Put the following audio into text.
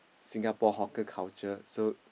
Singapore hawker culture so